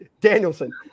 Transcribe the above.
Danielson